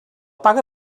paga